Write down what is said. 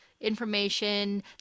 information